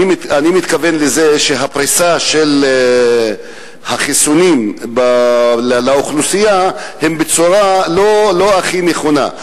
אני מתכוון לזה שהפריסה של החיסונים לאוכלוסייה היא בצורה לא הכי נכונה.